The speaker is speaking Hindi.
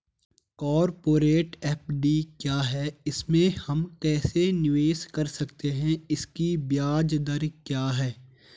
कॉरपोरेट एफ.डी क्या है इसमें हम कैसे निवेश कर सकते हैं इसकी ब्याज दर क्या है?